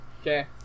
Okay